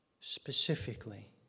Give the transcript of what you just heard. specifically